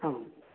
आम्